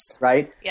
Right